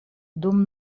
dum